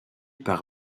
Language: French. par